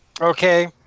okay